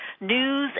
news